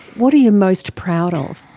what are you most proud of?